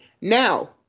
Now